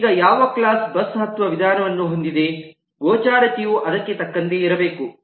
ಈಗ ಯಾವ class bus ಹತ್ತುವ ವಿಧಾನವನ್ನು ಹೊಂದಿದೆ ಗೋಚರತೆಯು ಅದಕ್ಕೆ ತಕ್ಕಂತೆ ಇರಬೇಕು